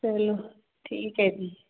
ਚਲੋ ਠੀਕ ਐ ਜੀ